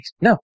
No